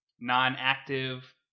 non-active